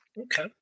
Okay